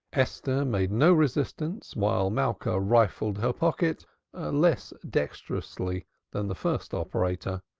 esther made no resistance while malka rifled her pocket less dexterously than the first operator.